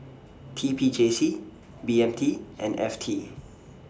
T P J C B M T and F T